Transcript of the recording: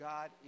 God